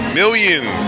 millions